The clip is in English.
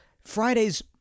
Friday's